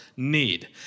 Need